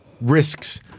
risks